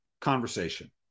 conversation